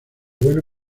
bueno